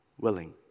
willing